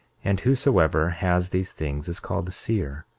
and whosoever has these things is called seer,